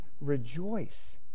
Rejoice